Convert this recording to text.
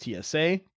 TSA